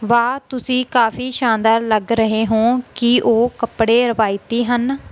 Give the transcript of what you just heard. ਵਾਹ ਤੁਸੀਂ ਕਾਫ਼ੀ ਸ਼ਾਨਦਾਰ ਲੱਗ ਰਹੇ ਹੋ ਕੀ ਉਹ ਕੱਪੜੇ ਰਵਾਇਤੀ ਹਨ